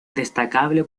destacable